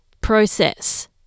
process